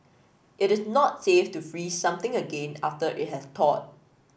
it is not safe to freeze something again after it has thawed